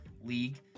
League